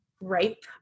ripe